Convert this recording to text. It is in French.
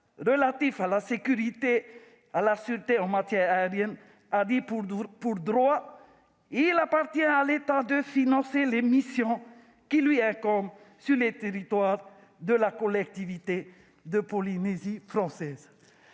relatif à la sécurité et à la sûreté en matière aérienne, a considéré qu'« il appartient à l'État de financer les missions qui lui incombent sur le territoire » de la collectivité de Polynésie française.